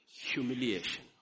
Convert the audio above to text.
humiliation